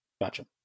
Gotcha